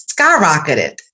skyrocketed